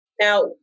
Now